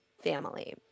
family